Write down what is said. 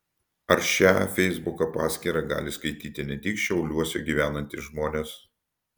ar šią feisbuko paskyrą gali skaityti ne tik šiauliuose gyvenantys žmonės